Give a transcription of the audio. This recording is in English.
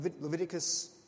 Leviticus